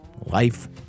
life